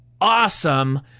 awesome